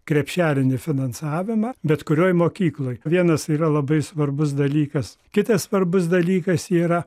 krepšelinį finansavimą bet kurioj mokykloj vienas yra labai svarbus dalykas kitas svarbus dalykas yra